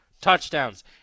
touchdowns